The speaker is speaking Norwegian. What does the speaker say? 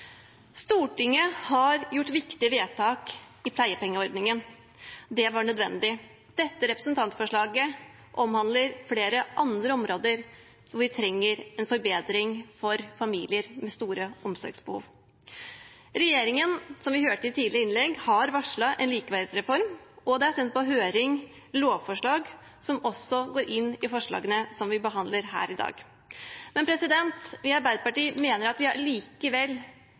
Stortinget har gjort viktige vedtak i pleiepengeordningen. Det var nødvendig. Dette representantforslaget omhandler flere andre områder der vi trenger en forbedring for familier med store omsorgsbehov. Regjeringen har, som vi hørte i tidligere innlegg, varslet en likeverdsreform, og det er sendt på høring lovforslag som også går inn i forslagene som vi behandler her i dag. Vi i Arbeiderpartiet mener at vi